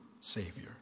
Savior